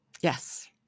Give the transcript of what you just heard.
Yes